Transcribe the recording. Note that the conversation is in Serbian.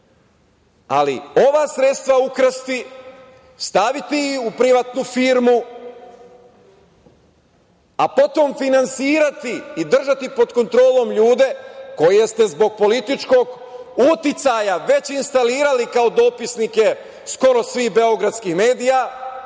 Ali, ova sredstva ukrasti, staviti ih u privatnu firmu, a potom finansirati i držati pod kontrolom ljude koje ste zbog političkog uticaja već instalirali kao dopisnike skoro svih beogradskih medija